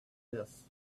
this